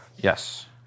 Yes